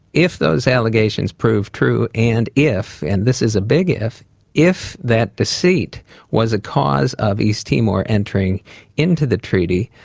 if those allegations prove true, and if and this is a big if if that deceit was a cause of east timor entering into the treaty,